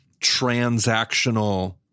transactional